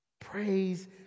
Praise